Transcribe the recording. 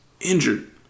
injured